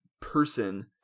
person